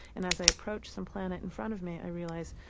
and as i approach some planet in front of me, i realize,